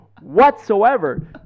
whatsoever